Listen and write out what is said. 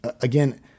again